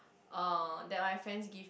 uh that my friends give